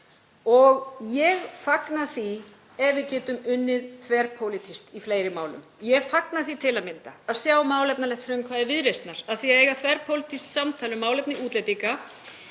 Ég fagna því ef við getum unnið þverpólitískt í fleiri málum. Ég fagna því til að mynda að sjá málefnalegt frumkvæði Viðreisnar að því að eiga þverpólitískt samtal um málefni útlendinga.